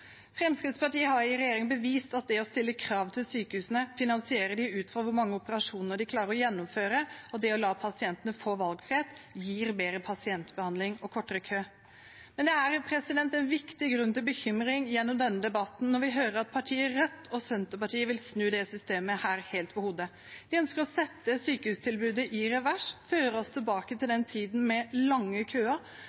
Fremskrittspartiet har i regjering bevist at det å stille krav til sykehusene – finansiere dem ut fra hvor mange operasjoner de klarer å gjennomføre, og la pasientene få valgfrihet – gir bedre pasientbehandling og kortere kø. Men gjennom debatten gir det viktig grunn til bekymring å høre at partiene Rødt og Senterpartiet vil snu dette systemet helt på hodet. De ønsker å sette sykehustilbudet i revers og føre oss tilbake til